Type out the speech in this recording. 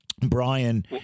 Brian